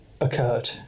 occurred